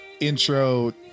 Intro